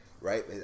Right